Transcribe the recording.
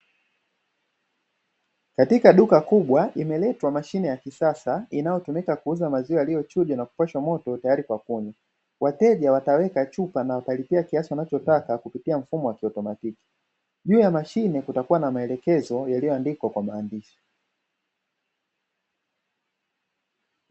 Katika duka kubwa imeletwa mashine ya kisasa inayotumika kuuza maziwa yaliyochujwa na kupashwa moto tayari kwa kunywa, wateja wataweka chupa na watalipia kiasi wanachotaka kupitia mfumo wa kiaotomatiki, juu ya mashine kutakuwa na maelekezo yaliyoandikwa kwa maandishi.